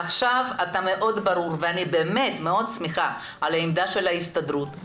עכשיו אתה מאוד ברור ואני באמת מאוד שמחה על העמדה של ההסתדרות,